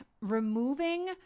removing